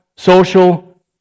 social